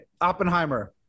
oppenheimer